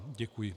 Děkuji.